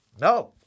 No